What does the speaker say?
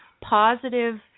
positive